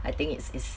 I think it's it's